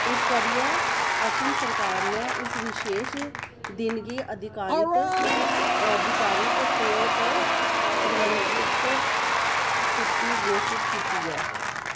इस करियै असम सरकार ने इस बशेश दिन गी अधिकारित अधिकारिक तौरा पर प्रतिबंधत छुट्टी घोशत कीती ऐ